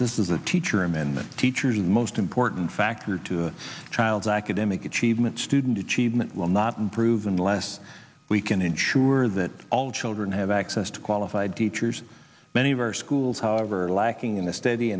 this is a teacher amendment teachers the most important factor to a child's academic achievement student achievement will not improve unless we can ensure that all children have access to qualified teachers many of our schools however lacking in a steady